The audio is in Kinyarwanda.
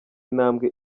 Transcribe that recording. intambwe